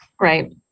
right